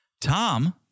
Tom